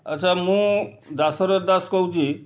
ଆଛା ମୁଁ ଦାଶରଥି ଦାସ କହୁଛି